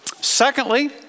Secondly